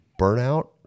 burnout